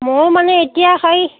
মও মানে এতিয়া সেই